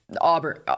Auburn